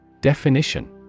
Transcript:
Definition